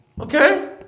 Okay